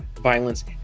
violence